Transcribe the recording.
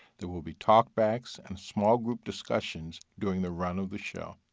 there will be talk backs and small group discussions during the run of the show.